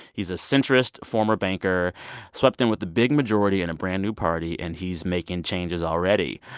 he's a centrist former banker swept in with the big majority in a brand-new party. and he's making changes already.